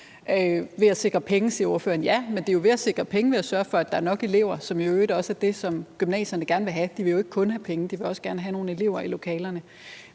for at sikre penge, siger ordføreren. Ja, men det er jo ved at sikre penge til at sørge for, at der er nok elever, som i øvrigt også er det, gymnasierne gerne vil have. De vil jo ikke kun have penge, de vil også gerne have nogle elever i lokalerne.